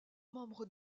membre